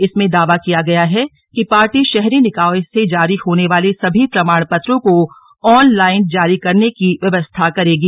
इसमें दावा किया गया है कि पार्टी शहरी निकाय से जारी होने वाले सभी प्रमाण पत्रों को ऑनलाइन जारी करने की व्यवस्था करेगी